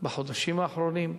בחודשים האחרונים.